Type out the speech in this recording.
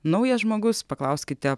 naujas žmogus paklauskite